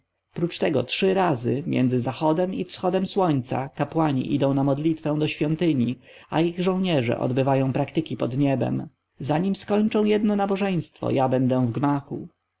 prócz tego trzy razy między zachodem i wschodem słońca kapłani idą na modlitwę do świątyni a ich żołnierze odbywają praktyki nabożne pod niebem zanim skończą jedno nabożeństwo ja będę w gmachu